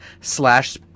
slash